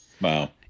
wow